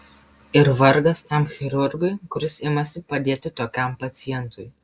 ir vargas tam chirurgui kuris imasi padėti tokiam pacientui